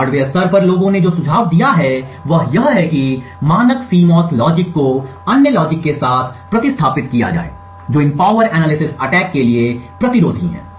hardware स्तर पर लोगों ने जो सुझाव दिया है वह यह है कि मानक CMOS लॉजिक को अन्य लॉजिक के साथ प्रतिस्थापित किया जाए जो इन पावर एनालिसिस अटैक के लिए प्रतिरोधी है